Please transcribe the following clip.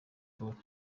polly